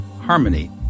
harmony